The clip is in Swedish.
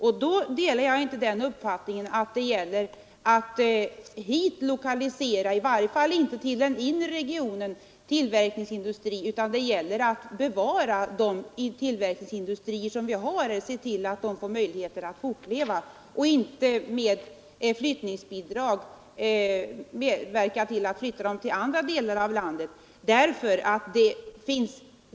Och då delar jag inte uppfattningen att man hit skall lokalisera tillverkningsindustrier — i varje fall inte till den inre regionen — utan det gäller att kunna behålla de Nr 146 tillverkningsindustrier som redan finns här och se till att de får Lördagen den möjligheter att fortleva. Vi skall inte med flyttningsbidrag medverka till 16 december 1972 = 2tt flytta dem till andra delar av landet.